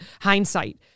hindsight